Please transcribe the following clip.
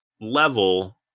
level